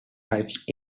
types